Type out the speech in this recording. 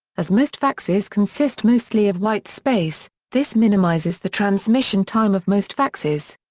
as most faxes consist mostly of white space, this minimises the transmission time of most faxes.